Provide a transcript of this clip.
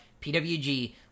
PWG